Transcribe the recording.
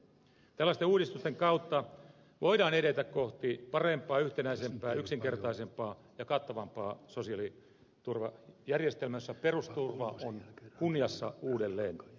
tällaisten uudistusten kautta voidaan edetä kohti parempaa yhtenäisempää yksinkertaisempaa ja kattavampaa sosiaaliturvajärjestelmää jossa perusturva on kunniassa uudelleen